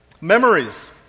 Memories